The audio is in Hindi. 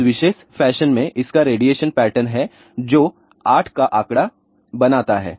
इस विशेष फैशन में इसका रेडिएशन पैटर्न है जो 8 का आंकड़ा बनाता है